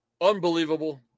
unbelievable